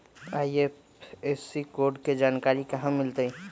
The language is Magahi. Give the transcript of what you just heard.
आई.एफ.एस.सी कोड के जानकारी कहा मिलतई